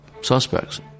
suspects